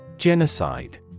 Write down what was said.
Genocide